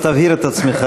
אז תבהיר את עצמך,